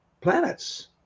planets